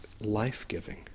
life-giving